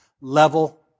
level